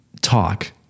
talk